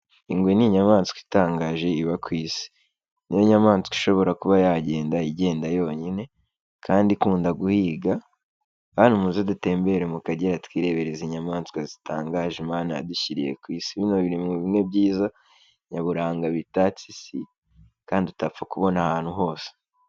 Ingwe ni inyamaswa itangaje iba ku isi, niyo nyamaswa ishobora kuba yagenda igenda yonyine, kandi ikunda guhiga. Bantu muze dutembere mu kagera, twirebere izi nyayamaswa zitangaje, imana yadushyiriye ku'isi, bino biri muri bimwe byiza nyaburanga, bitatse isi kandi utapfa kubona ahantu hose.